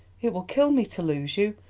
it will kill me to lose you.